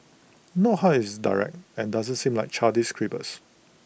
note how IT is direct and doesn't seem like childish scribbles